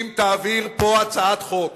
אם תעביר פה הצעת חוק